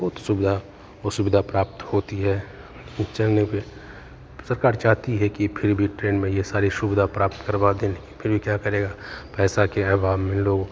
बहुत सुविधा असुविधा प्राप्त होती है चलने पे सरकार चाहती है कि फिर भी ट्रेन में ये सारी सुविधा प्राप्त करवा दे लेकिन फिर भी क्या करेगा पैसा के अभाव में लोग